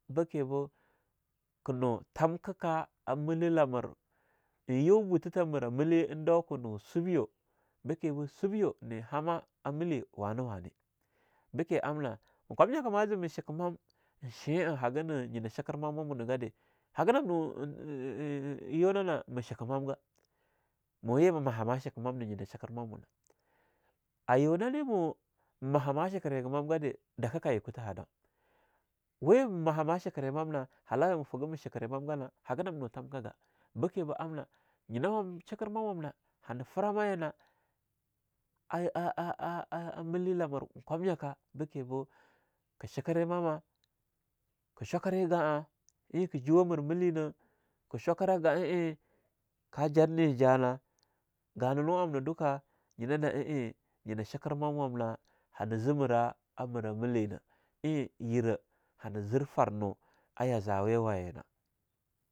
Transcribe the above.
Beke boo ke nu thamkah kah a mila lamir eing yu buthatha mir mile eing dau ke nu subyo bekebo subyo ne hama a mile wane-wane be ke amna, eing kwamyaka ma ze mah shike maham eing she'a hagana nyina shekir mamwah muna gade, hagana nam nu n e-e-e yunana mah chike mam ga, mo ye ma mahama chika mam na nyina chiker mwawana. A yuna ne mo maha ma chekire ga mam gadeh dakah kaye kutha ha dau, we mah maha ma chekiri mamna halawe ma figah chekire mam gana haga nam nu tamkah ga, bikeba amna nyino wom chiker mamwamnah hana frama yina a-a-a-a milya lamir eing kwamnyakah beke boo ke chikere mamah ke, shwakire ga'a, eing kah juwa mir milenah kah shwakira ga'a eing kah jar ne jana. Gananu amna duka, nyina na eing nyina chiker mamwamnah hana zir mira a mira milena eing yira hane zir farnu a ya zaweya wayina.